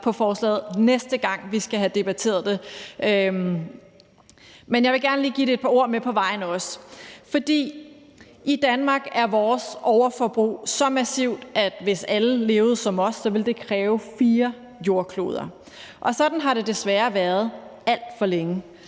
på forslaget næste gang, vi skal have debatteret det. Jeg vil gerne lige give det et par ord med på vejen også. I Danmark er vores overforbrug så massivt, at hvis alle levede som os, ville det kræve fire jordkloder, og sådan har det desværre været alt for længe.